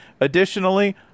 additionally